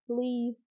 please